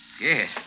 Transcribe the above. yes